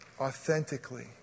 authentically